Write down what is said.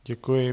Děkuji.